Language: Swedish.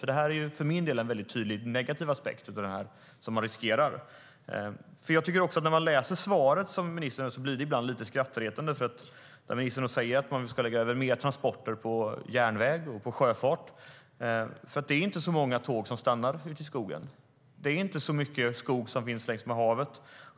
För min del riskerar man nämligen en tydlig negativ aspekt av det här. Det blir lite skrattretande när ministern säger i sitt svar att man ska lägga över mer transporter på järnväg och sjöfart. Det är nämligen inte många tåg som stannar ute i skogen, och det finns inte mycket skog längs med havet.